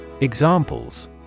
Examples